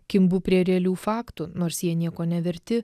kimbu prie realių faktų nors jie nieko neverti